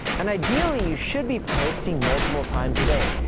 and ideally you should be posting multiple times a day.